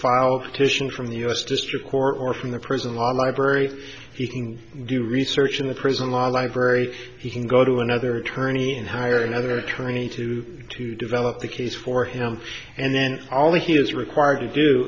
titian from the u s district court or from the prison on my barry he can do research in the prison law library he can go to another attorney and hire another attorney to to develop the case for him and then all he is required to do